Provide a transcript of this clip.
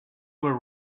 were